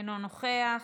אינו נוכח,